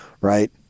right